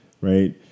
right